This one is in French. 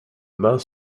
meung